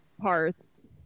parts